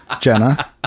Jenna